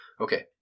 Okay